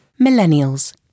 Millennials